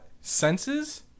senses